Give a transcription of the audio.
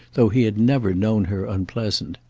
though he had never known her unpleasant.